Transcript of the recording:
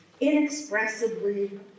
inexpressibly